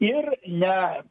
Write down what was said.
ir ne